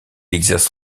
exerce